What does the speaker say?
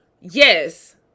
yes